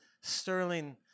sterling